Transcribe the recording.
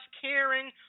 caring